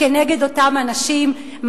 כנגד אותם אנשים,